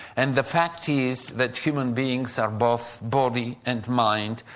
and the fact is, that human beings are both body and mind,